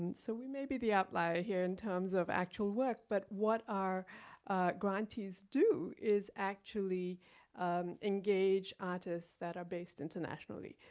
so we may be the outlier here in terms of actual work, but what our grantees do is actually engage artists that are based internationally.